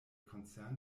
konzern